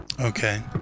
Okay